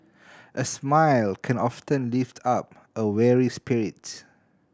a smile can often lift up a weary spirit